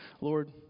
lord